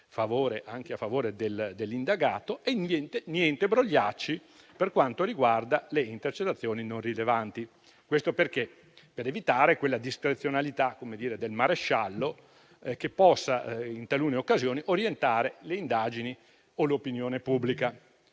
anche a favore dell'indagato - e niente brogliacci per quanto riguarda le intercettazioni non rilevanti. Questo per evitare quella discrezionalità del maresciallo che possa in talune occasioni orientare le indagini o l'opinione pubblica.